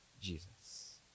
Jesus